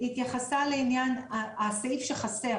התייחסה לעניין הסעיף שחסר,